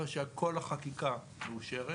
כל החקיקה מאושרת